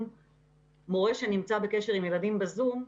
מורה שנמצא בקשר עם ילדים ב-זום,